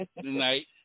tonight